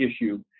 issue